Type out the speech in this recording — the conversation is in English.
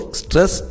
stress